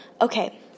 Okay